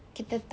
kita tak